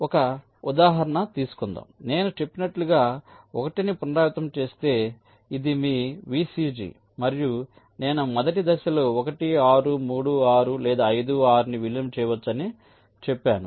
ఒక ఉదాహరణ తీసుకుందాం నేను చెప్పినట్లు 1 నీ పునరావృతం చేస్తే ఇది మీ VCG మరియు నేను మొదటి దశలో 1 6 3 6 లేదా 5 6 ని విలీనం చేయవచ్చని చెప్పాను